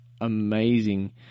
amazing